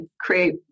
create